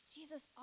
Jesus